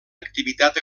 activitat